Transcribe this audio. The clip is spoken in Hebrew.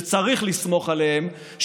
שצריך לסמוך עליהם,